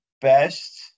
best